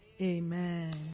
Amen